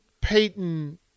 Peyton